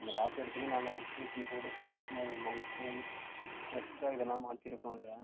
அந்த லேப்பு எடுத்தோடனே நாங்கள் அடிஷ்னல் கீபோர்டு இப்போ அடிஷ்னல் மெஸ்ஸு எக்ஸ்ட்ரா இதெல்லாம் மாத்தியிருக்கோம் இதில்